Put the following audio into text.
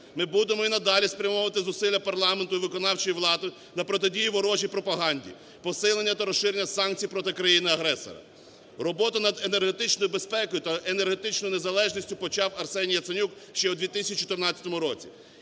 Ми будемо і надалі спрямовувати зусилля парламенту і виконавчої влади для протидії ворожій пропаганді, посилення та розширення санкцій проти країни-агресора. Роботу над енергетичною безпекою та енергетичною незалежністю почав Арсеній Яценюк ще у 2014 році.